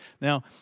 Now